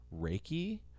Reiki